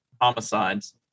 homicides